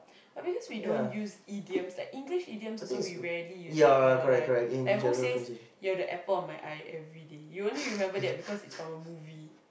but because we don't use idioms like English idioms also we rarely use it you know like like who says you're the apple of my eye everyday you only remember that because it's from a movie